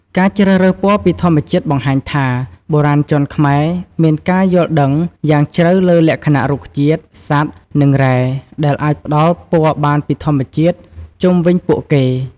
ការជ្រើសរើសពណ៌ពីធម្មជាតិបង្ហាញថា បុរាណជនខ្មែរមានការយល់ដឹងយ៉ាងជ្រៅលើលក្ខណៈរុក្ខជាតិ សត្វ និងរ៉ែ ដែលអាចផ្តល់ពណ៌បានពីធម្មជាតិជុំវិញពួកគេ។